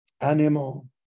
animal